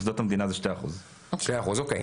מוסדות המדינה זה 2%. 2% אוקי,